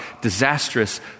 disastrous